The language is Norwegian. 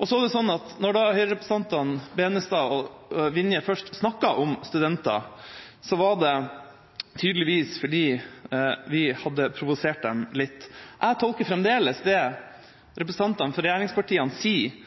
Når Høyre-representantene Tveiten Benestad og Vinje først snakket om studenter, var det tydeligvis fordi vi hadde provosert dem litt. Jeg tolker fremdeles det representantene for regjeringspartiene sier